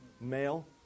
male